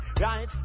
right